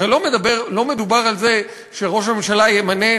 הרי לא מדובר על זה שראש הממשלה ימנה,